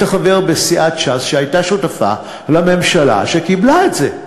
חבר בסיעת ש"ס שהייתה שותפה לממשלה שקיבלה את זה.